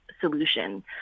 solution